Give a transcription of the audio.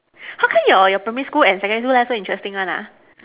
how come your your primary school and secondary school life so interesting one ah